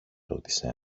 ρώτησε